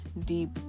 deep